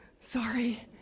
Sorry